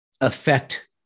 affect